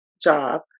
job